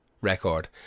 record